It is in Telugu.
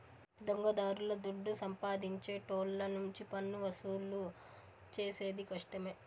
దొంగదారుల దుడ్డు సంపాదించేటోళ్ళ నుంచి పన్నువసూలు చేసేది కష్టమే